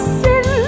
sin